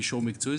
מישור מקצועי,